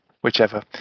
Whichever